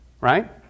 right